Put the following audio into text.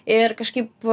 ir kažkaip